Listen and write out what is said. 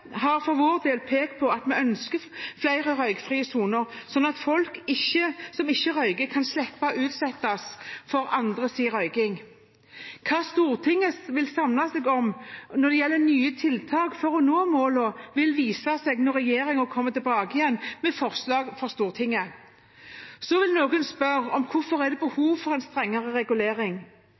har for sin del pekt på at vi ønsker flere røykfrie soner, slik at folk som ikke røyker, kan slippe å utsettes for andres røyking. Hva Stortinget vil samle seg om av nye tiltak for å nå målene, vil vise seg når regjeringen kommer tilbake igjen med forslag for Stortinget. Så vil noen spørre om hvorfor det er behov for en strengere regulering.